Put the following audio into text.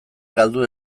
galdu